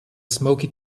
smoky